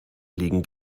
liegen